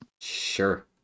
sure